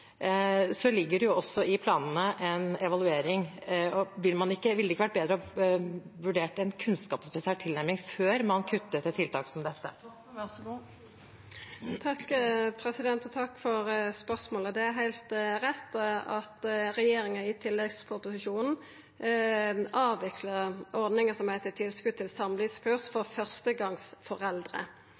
Det ligger også en evaluering i planene. Ville det ikke vært bedre å vurdere en kunnskapsbasert tilnærming før man kuttet et tiltak som dette? Takk for spørsmålet. Det er heilt rett at regjeringa i tilleggsproposisjonen avviklar ordninga som heiter «tilskudd til samlivskurs for førstegangsforeldre». Bakgrunnen for